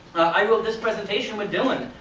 i wrote this presentation with dillon,